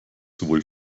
sowohl